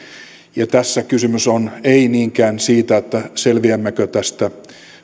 ja tässä kysymys on ei niinkään siitä selviämmekö tästä